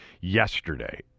yesterday